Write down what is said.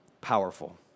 powerful